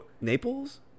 Naples